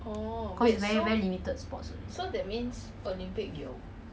participate in those tournaments right we we pay ourself as